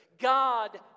God